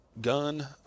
gun